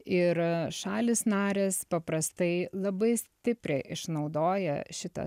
ir šalys narės paprastai labai stipriai išnaudoja šitą